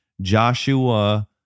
Joshua